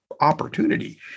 opportunity